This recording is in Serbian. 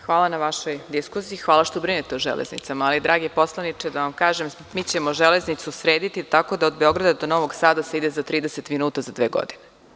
Hvala na vašoj diskusiji, hvala što brinete o „Železnicama“, ali dragi poslaniče da vam kažem, mi ćemo „Železnicu“ srediti tako da od Beograda do Novog Sada se ide za 30 minuta za dve godine.